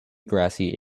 grassy